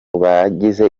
bagize